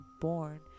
born